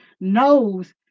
knows